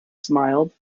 smiled